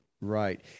right